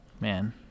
man